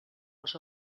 als